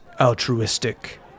altruistic